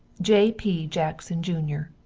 j p. jackson jr.